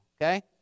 okay